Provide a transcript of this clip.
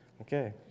Okay